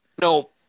No